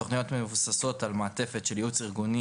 התוכניות מבוססות על מעטפת של ייעוץ ארגוני